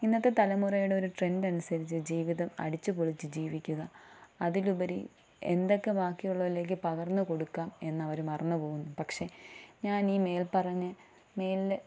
ഇന്നത്തെ തലമുറയുടെ ഒരു ട്രെൻഡ് അനുസരിച്ച് ജീവിതം അടിച്ചു പൊളിച്ച് ജീവിക്കുക അതിലുപരി എന്തൊക്കെ ബാക്കി ഉള്ളവരിലേക്ക് പകർന്നു കൊടുക്കാം എന്നവർ മറന്നു പോകുന്നു പക്ഷേ ഞാൻ ഈ മേൽപറഞ്ഞ മേലിൽ